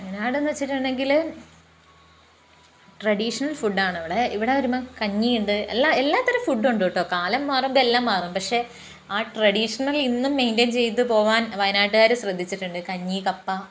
വായനാടെന്നു വെച്ചിട്ടുണ്ടെങ്കില് ട്രഡീഷണൽ ഫുഡാണവിടെ ഇവിടെ വരുമ്പം കഞ്ഞിയുണ്ട് എല്ലാ എല്ലാത്തരം ഫുഡ് ഉണ്ടൂട്ടോ കാലം മാറുമ്പം എല്ലാം മാറും പക്ഷേ ആ ട്രഡീഷണൽ ഇന്നും മെയിൻ്റയിൻ ചെയ്തുപോകാൻ വയനാട്ടുകാര് ശ്രദ്ധിച്ചിട്ടുണ്ട് കഞ്ഞി കപ്പ